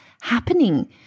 happening